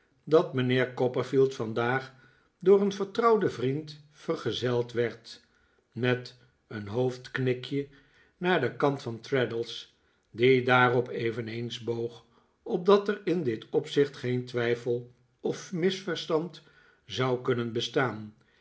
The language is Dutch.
dat mijnheer copperfield vandaag door een vertrouwden vriend vergezeld werd met een hoofdknikje naar den kant van traddles die daarop eveneens boog opdat er in dit opzicht geen twijfel of misverstand zou kunnen bestaan